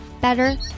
better